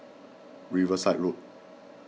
Riverside Road